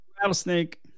rattlesnake